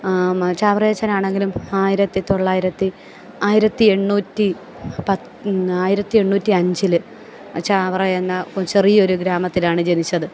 ചാവറയച്ചനാണെങ്കിലും ആയിരത്തിത്തൊള്ളായിരത്തി ആയിരത്തി എണ്ണൂറ്റി പത്ത് ആയിരത്തിഎണ്ണൂറ്റി അഞ്ചിൽ ചാവറ എന്ന ചെറിയൊരു ഗ്രാമത്തിലാണ് ജനിച്ചത്